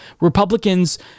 Republicans